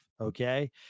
okay